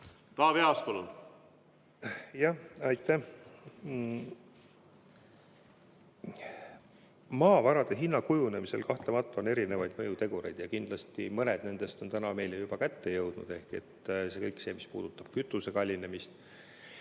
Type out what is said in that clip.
Taavi Aas, palun! Aitäh! Maavarade hinna kujunemisel kahtlemata on erinevaid mõjutegureid ja kindlasti mõned nendest on meil juba kätte jõudnud – kõik see, mis puudutab kütuse kallinemist,